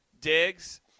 digs